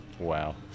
wow